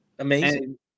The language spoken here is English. Amazing